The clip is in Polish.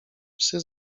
psy